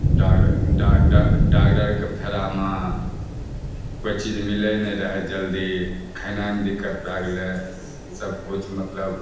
डागडरके फेरामे कोइ चीज मिलै नहि रहै जल्दी खेनायमे दिक्कत भए गेलै सब किछु मतलब